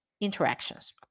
interactions